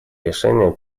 решение